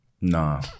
Nah